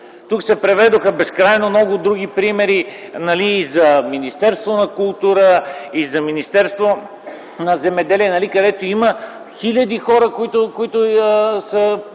Тук се преведоха безкрайно много други примери за Министерството на културата, и за Министерството на земеделието, където има хиляди хора, които са